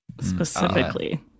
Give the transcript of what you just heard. Specifically